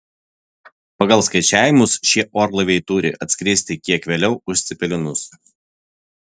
pagal skaičiavimus šie orlaiviai turi atskristi kiek vėliau už cepelinus